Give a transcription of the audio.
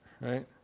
Right